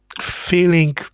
Feeling